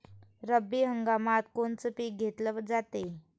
रब्बी हंगामात कोनचं पिक घेतलं जाते?